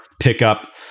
pickup